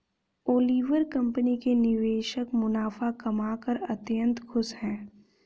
Oliver कंपनी के निवेशक मुनाफा कमाकर अत्यंत खुश हैं